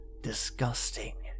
Disgusting